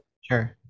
Sure